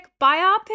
biopic